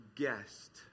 guest